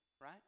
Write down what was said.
right